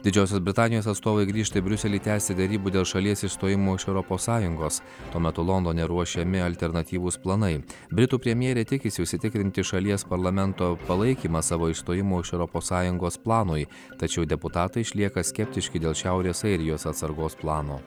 didžiosios britanijos atstovai grįžta į briuselį tęsti derybų dėl šalies išstojimo iš europos sąjungos tuo metu londone ruošiami alternatyvūs planai britų premjerė tikisi užsitikrinti šalies parlamento palaikymą savo išstojimo iš europos sąjungos planui tačiau deputatai išlieka skeptiški dėl šiaurės airijos atsargos plano